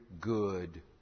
good